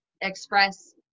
express